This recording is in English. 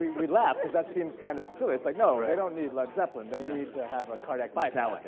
we we laugh because that seems kind of silly, it's like, no, i don't need led zeppelin, they need to have a cardiac bypass.